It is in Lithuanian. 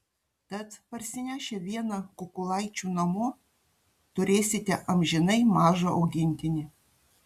tad parsinešę vieną kukulaičių namo turėsite amžinai mažą augintinį